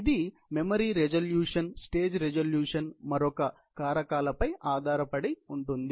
ఇది memory resolution stage resolution మరొక కారకాలపై ఆధారపడి ఉంటుంది